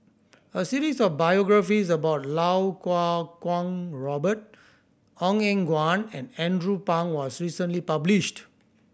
a series of biographies about Lau Kuo Kwong Robert Ong Eng Guan and Andrew Phang was recently published